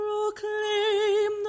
Proclaim